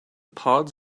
pods